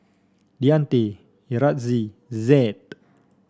Deante Yaretzi Zed